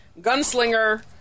Gunslinger